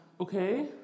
okay